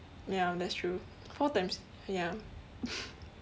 ya that's true four times ya